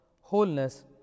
wholeness